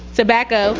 tobacco